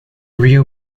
real